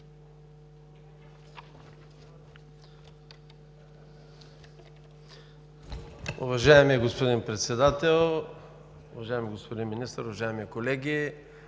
Уважаеми господин Председател, уважаеми господин Министър, уважаеми колеги,